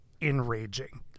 enraging